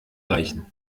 reichen